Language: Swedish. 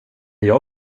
jag